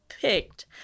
picked